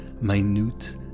minute